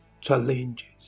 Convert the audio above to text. Challenges